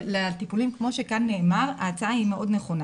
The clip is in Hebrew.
לטיפולים כמו שכאן נאמר, ההצעה היא מאוד נכונה.